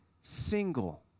single